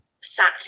sat